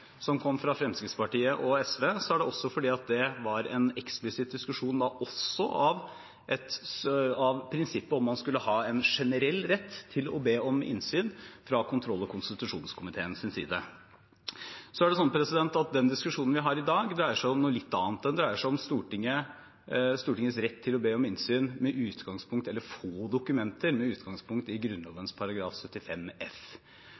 som kom fra Fremskrittspartiet og SV, er det fordi det var en eksplisitt diskusjon også om prinsippet om man skulle ha en generell rett til å be om innsyn fra kontroll- og konstitusjonskomiteens side. Den diskusjonen vi har i dag, dreier seg om noe litt annet. Den dreier seg om Stortingets rett til å få dokumenter med utgangspunkt i Grunnloven § 75 f. Det er ingen som betviler at Stortinget har den retten. Det vil si at det som Stortinget i